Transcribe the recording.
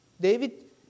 David